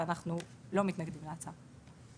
ואנחנו לא מתנגדים להצעה.